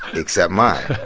except mine,